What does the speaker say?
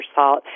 salt